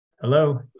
Hello